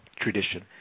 tradition